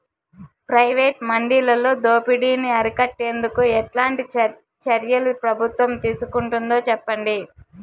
Private మండీలలో దోపిడీ ని అరికట్టేందుకు ఎట్లాంటి చర్యలు ప్రభుత్వం తీసుకుంటుందో చెప్పండి?